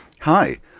Hi